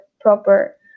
proper